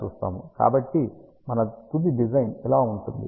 కాబట్టి మన తుది డిజైన్ ఇలా ఉంటుంది